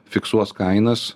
fiksuos kainas